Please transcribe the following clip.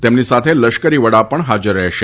તેમની સાથે લશ્કરી વડા પણ હાજર રહેશે